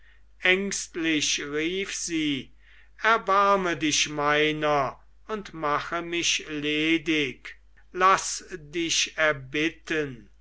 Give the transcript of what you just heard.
ängstlich rief sie erbarme dich meiner und mache mich ledig laß dich erbitten